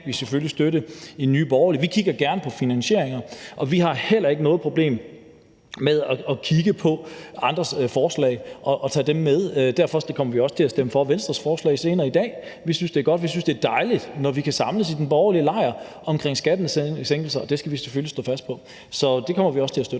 vi selvfølgelig støtte i Nye Borgerlige. Vi kigger gerne på finansieringer, og vi har heller ikke noget problem med at kigge på andres forslag og tage dem med, og derfor kommer vi også til at stemme for Venstres forslag senere i dag. Vi synes, det er godt, og vi synes, det er dejligt, når vi i den borgerlige lejr kan samles om skattesænkninger, og det skal vi selvfølgelig stå fast på. Så det kommer vi også til at støtte.